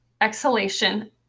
exhalation